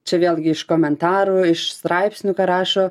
čia vėlgi iš komentarų iš straipsnių ką rašo